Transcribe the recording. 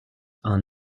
are